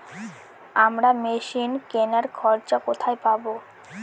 আমরা মেশিন কেনার খরচা কোথায় পাবো?